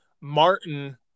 Martin